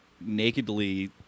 nakedly